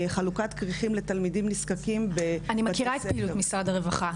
חלוקת כריכים לתלמידים נזקקים --- אני מכירה את פעילות משרד הרווחה,